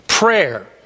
Prayer